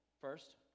first